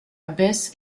abyss